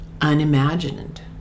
unimagined